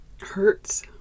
hurts